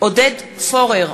עודד פורר,